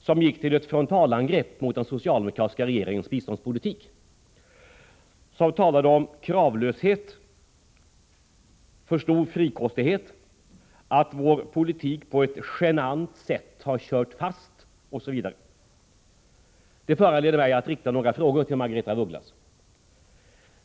Hon gick till ett frontalangrepp mot den socialdemokratiska regeringens biståndspolitik och talade om kravlöshet, om för stor frikostighet, om att vår politik på ett genant sätt har kört fast osv. Detta föranleder mig att rikta några frågor till Margaretha af Ugglas.